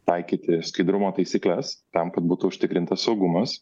taikyti skaidrumo taisykles tam kad būtų užtikrintas saugumas